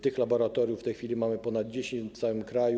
Tych laboratoriów w tej chwili mamy ponad dziesięć w całym kraju.